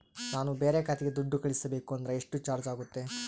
ನಾನು ಬೇರೆ ಖಾತೆಗೆ ದುಡ್ಡು ಕಳಿಸಬೇಕು ಅಂದ್ರ ಎಷ್ಟು ಚಾರ್ಜ್ ಆಗುತ್ತೆ?